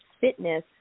fitness